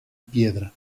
piedra